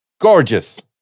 gorgeous